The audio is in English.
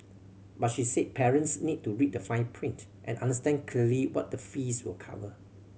but she said parents need to read the fine print and understand clearly what the fees will cover